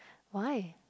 why